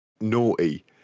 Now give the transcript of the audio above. naughty